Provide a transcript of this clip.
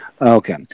Okay